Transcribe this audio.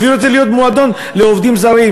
הביאו את זה להיות מועדון לעובדים זרים.